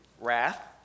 wrath